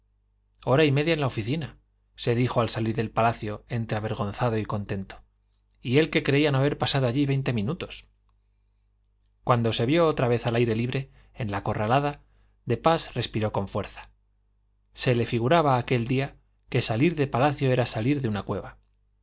hora y media en la oficina se dijo al salir del palacio entre avergonzado y contento y él que creía no haber pasado allí veinte minutos cuando se vio otra vez al aire libre en la corralada de pas respiró con fuerza se le figuraba aquel día que salir de palacio era salir de una cueva